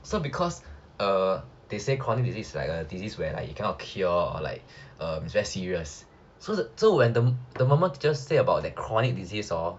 so because err they say chronic disease is like a disease where like you cannot cure or like err it's very serious so so when the the moment we say about that chronic disease hor